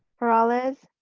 peralez,